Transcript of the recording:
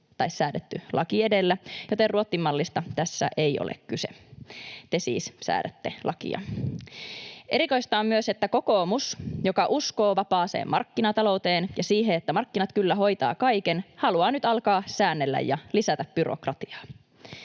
tai säädetty laki edellä, joten Ruotsin mallista tässä ei ole kyse — te siis säädätte lakia. Erikoista on myös, että kokoomus, joka uskoo vapaaseen markkinatalouteen ja siihen, että markkinat kyllä hoitavat kaiken, haluaa nyt alkaa säännellä ja lisätä byrokratiaa.